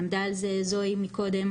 עמדה על כך זואי מקודם.